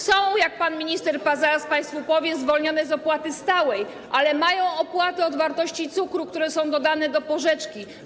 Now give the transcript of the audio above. Są, jak pan minister zaraz państwu powie, zwolnione z opłaty stałej, ale mają opłatę od wartości cukru, który jest dodany do porzeczki.